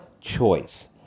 choice